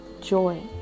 joy